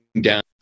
down